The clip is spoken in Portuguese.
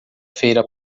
feira